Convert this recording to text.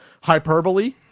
hyperbole